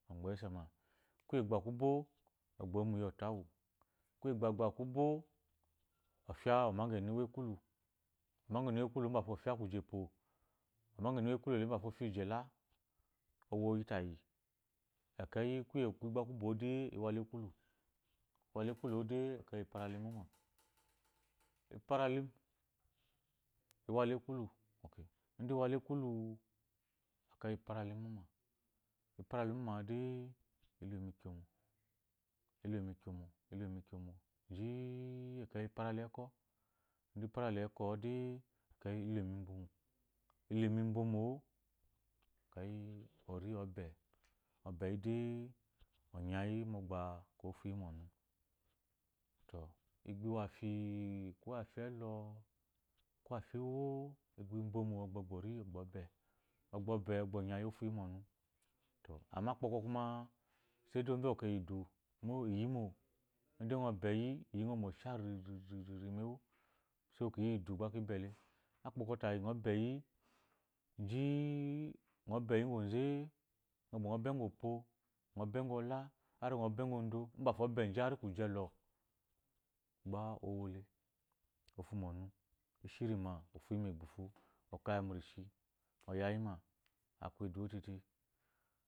kuye kugba ku bo ogbo mu yi ota wu kuyi gbagba kubo o fya omagena uwu ekulu omageni uwu ekulu mbato ofya gepyo omauje geni uwu ekulu mbafo ofya guje ela owu yita yi ekeyi kuye gba kubo-o de iwa la ekulu iwala ekulu ede ifara la imuma para la imuma de ilo mu ikyomo ile mu ikyomo ile mu ikyomo si i ekeyi epara la ekwo l para la ekwo de ekeyi elomu imbomo ile mu imbomo ekeyi ori ogbe ogbe yi de onya yi mogba ofuyi mo onu to igbi iwo afyi koafyi eto iw efyi uwo igbi embomo ogba ori ogba obe ogba obe ogba onya yi ofuyi mo ɔnu to amma akpokpɔ kuma saidai onzu uwu kwɔ iyi ngɔ mo shaririri so ki yi idu gba ki bele akpokwo tayi gba ngɔ be yi ji i ngɔ be ji i ngɔ gba bgɔ be ugador mbafo ɔbe har kiye elɔ gba owle ofu mo ɔnu ishirima ofu mu gbuhu okya mu rishi oya yi ma